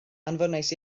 anfonais